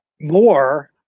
more